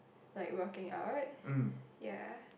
like working out ya